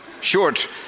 short